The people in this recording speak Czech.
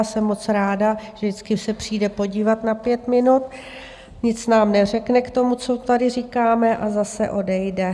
Jsem moc ráda, že vždycky se přijde podívat na pět minut, nic nám neřekne k tomu, co tady říkáme, a zase odejde.